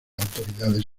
autoridades